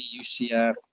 UCF